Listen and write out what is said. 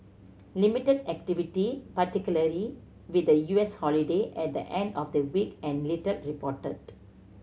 limited activity particularly with the U S holiday at the end of the week and little reported